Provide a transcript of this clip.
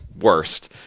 worst